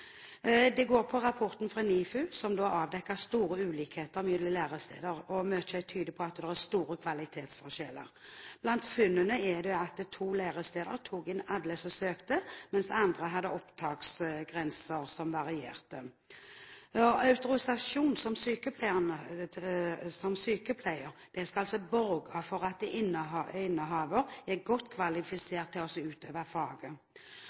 Rapporten fra NIFU avdekker store forskjeller mellom læresteder, og mye tyder på at det er store kvalitetsforskjeller. Blant funnene er at to læresteder tok inn alle som søkte, mens andre hadde opptaksgrenser som varierte. Autorisasjon som sykepleier skal borge for at innehaver er godt kvalifisert til å utøve faget.